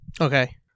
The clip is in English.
Okay